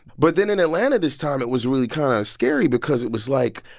but then in atlanta this time, it was really kind of scary because it was like,